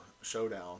showdown